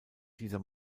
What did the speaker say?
dieser